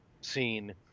scene